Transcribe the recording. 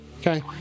Okay